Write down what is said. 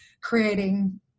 creating